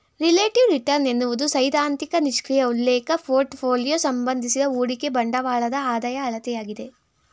relative return ಎನ್ನುವುದು ಸೈದ್ಧಾಂತಿಕ ನಿಷ್ಕ್ರಿಯ ಉಲ್ಲೇಖ ಪೋರ್ಟ್ಫೋಲಿಯೋ ಸಂಬಂಧಿಸಿದ ಹೂಡಿಕೆ ಬಂಡವಾಳದ ಆದಾಯ ಅಳತೆಯಾಗಿದೆ